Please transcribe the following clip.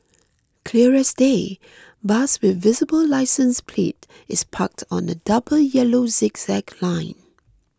clear as day bus with visible licence plate is parked on a double yellow zigzag line